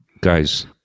Guys